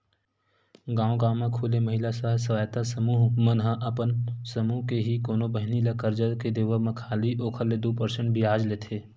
गांव गांव म खूले महिला स्व सहायता समूह मन ह अपन समूह के ही कोनो बहिनी ल करजा के देवब म खाली ओखर ले दू परसेंट बियाज लेथे